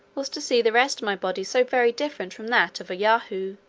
was to see the rest of my body so very different from that of a yahoo,